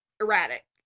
erratic